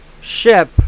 ship